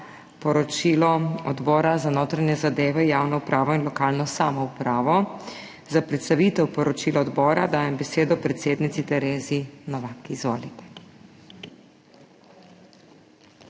poročilo Odbora za notranje zadeve, javno upravo in lokalno samoupravo. Za predstavitev poročila odbora dajem besedo predsednici Terezi Novak. Izvolite.